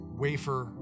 wafer